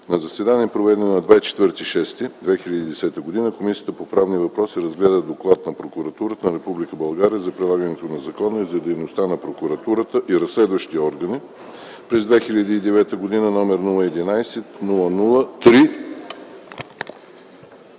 На заседание, проведено на 24 юни 2010 г., Комисията по правни въпроси разгледа Доклад на Прокуратурата на Република България за прилагането на закона и за дейността на прокуратурата и разследващите органи през 2009 г.,